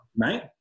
right